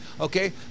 Okay